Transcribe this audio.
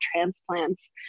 transplants